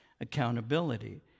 accountability